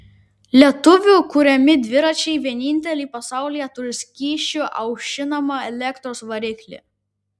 lietuvių kuriami dviračiai vieninteliai pasaulyje turi skysčiu aušinamą elektros variklį